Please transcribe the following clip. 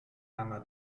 langer